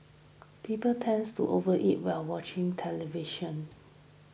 people tends to overeat while watching television